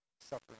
suffering